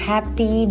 Happy